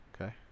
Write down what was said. Okay